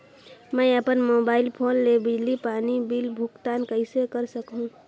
मैं अपन mobile phone ले बिजली पानी बिल भुगतान कइसे कर सकहुं?